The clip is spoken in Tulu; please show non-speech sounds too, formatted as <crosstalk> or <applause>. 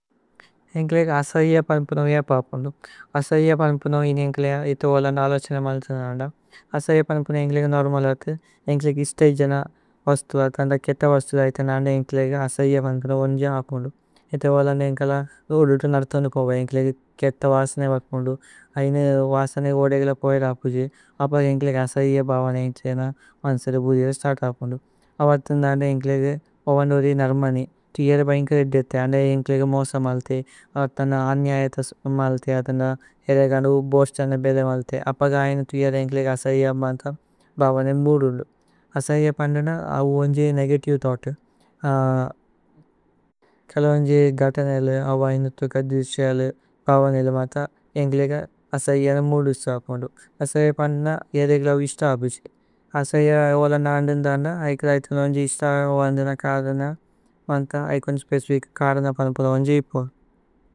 ആസൈയ പന്പുനമ് ഏ പാപുന്ദു ആസൈയ പന്പുനമ്। ഇന് ഏന്കേലേ ഇഥേ ഓലന്ദ അലചേന മലസേന നന്ദ। ആസൈയ പന്പുനമ് ഏന്കേലേകേ നോര്മല് ഹഥു ഏന്കേലേകേ। ഇശ്തേഇ ജന വസ്തു അതന്ദ കേത്ത വസ്തു ദൈഥന। അന്ദ ഏന്കേലേകേ ആസൈയ പന്പുനമ് ഉന്ജ ആപുന്ദു। ഇഥേ ഓലന്ദ ഏന്കേല ഉദുതു നര്തോന്ദു പൌപയ। ഏന്കേലേകേ കേത്ത വസന വാപുന്ദു ഐന വസന। ഗോദേഗല പോഏദ പുജി ആപക് ഏന്കേലേകേ ആസൈയ। ഭവന ഏന്കേലേ ന മനസര പുജില സ്തര്ത ആപുന്ദു। അവര്തന്ദ അന്ദ ഏന്കേലേകേ ഓവന്ദോദി നര്മനി। തുഇയര ബൈന്കല ദിഥി അന്ദ ഏന്കേലേകേ മോസ। മലഥ് അവര്തന്ദ അന്യയത മലഥേ അതന്ദ ഏന്കേലേകേ അനു ബോര്സ്തന ബേല മലഥേ അപഗയന। തുഇയര ഏന്കേലേകേ ആസൈയ ഭവന ഭവന। മുദു ഉന്ദു ആസൈയ പന്ദന അവു ഉന്ജ നേഗതിവേ। ഥോഉഘ്ത് കല <hesitation> ഉന്ജ ഗതനേല। അവയന തുകദ്രിശേല ഭവനേല മത ഏന്കേലേകേ। ആസൈയ ന മുദു സ്തര്ത ആപുന്ദു ആസൈയ പന്ദന। ഏന്കേലേകേ ലൌ ഇശ്ത ആപുജി ആസൈയ ഓല നന്ദന്ദ। അന കല ഉന്ജ ഇശ്ത ഓഅന്ദ ന കരന ഐ। കോന്ദിസ്പേചിഫിച കരന പനു പോദു ഉന്ജ ഇപു।